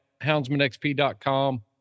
HoundsmanXP.com